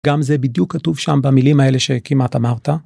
גם זה בדיוק כתוב שם במילים האלה שכמעט אמרת.